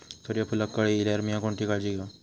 सूर्यफूलाक कळे इल्यार मीया कोणती काळजी घेव?